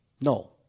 No